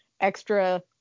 extra